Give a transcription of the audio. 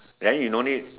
then you no need